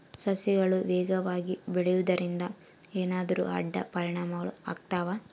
ಸಸಿಗಳು ವೇಗವಾಗಿ ಬೆಳೆಯುವದರಿಂದ ಏನಾದರೂ ಅಡ್ಡ ಪರಿಣಾಮಗಳು ಆಗ್ತವಾ?